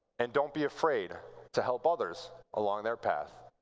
and don't be afraid to help others along their path.